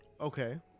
Okay